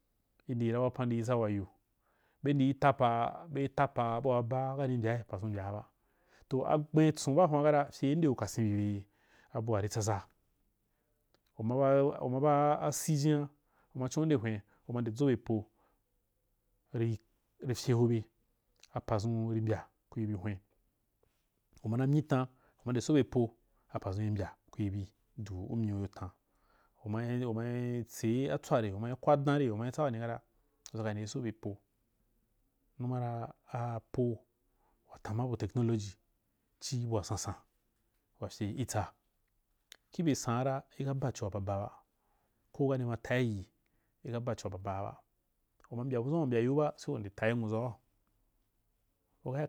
Iyi wapan ndii tsa wayu, be ndii tapa-bei tap a bua abaa kani mbi pazuni mbyaaba, toh agnamtson baa hun kara rye indeu kasenbi be abua ri tsaza um aba—uma baa asijina umachonu udehwe uma nde dzwobe po, riiri ryehobe, apaun ri mbya kui bi hwen, umana myitan u ude so be po, apazun imhya kui bi du umyiuyo kwadanre umai-umai tsetsware umai kwadanre umai tsa wane ata, utsakaa udexisobe, po numara apo watama bu technology chii bua sansan wafye itsa, kibye san’are ma tai yii, ika baxho baba aba uma mbya buzuma uma mbyayiuba se yan de tayi nwuzau